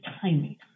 timing